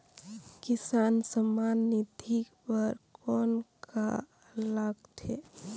किसान सम्मान निधि बर कौन का लगथे?